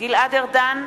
גלעד ארדן,